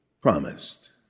promised